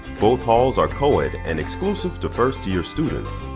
both halls are co-ed and exclusive to first-year students.